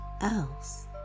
else